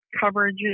coverage